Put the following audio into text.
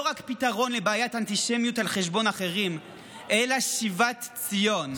לא רק פתרון לבעיית האנטישמיות על חשבון אחרים אלא שיבת ציון.